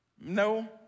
no